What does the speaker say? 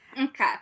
okay